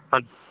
બહગ